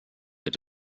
wird